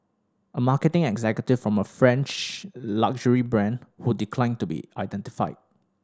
a marketing executive from a French luxury brand who declined to be identified